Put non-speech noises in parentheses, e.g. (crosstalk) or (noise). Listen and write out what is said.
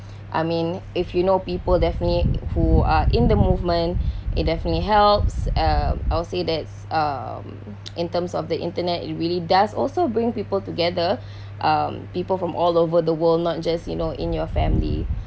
(breath) I mean if you know people definitely who are in the movement (breath) it definitely helps uh I would say that's um (noise) in terms of the internet it really does also bring people together (breath) um people from all over the world not just you know in your family